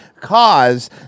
Cause